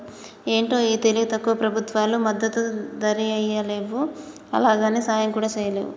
ఏంటో ఈ తెలివి తక్కువ ప్రభుత్వాలు మద్దతు ధరియ్యలేవు, అలాగని సాయం కూడా చెయ్యలేరు